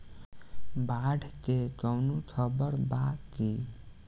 बाढ़ के कवनों खबर बा की?